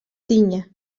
tinya